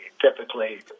typically